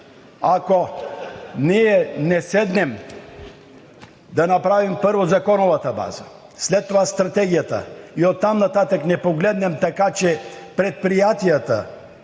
ако ние не седнем да направим първо законовата база, след това стратегията и оттам нататък не погледнем така, че предприятията